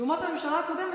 לעומת הממשלה הקודמת,